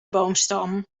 boomstam